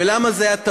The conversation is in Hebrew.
ולמה זו הייתה טעות?